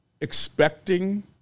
expecting